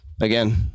again